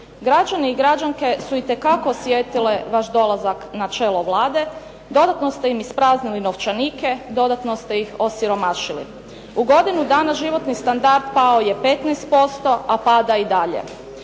Građani i građanske su itekako osjetili vaš dolazak na čelo Vlade, dodatno ste im ispraznili novčanike, dodatno ste ih osiromašili. U godinu dana životni standard pao je 15% a pada i dalje.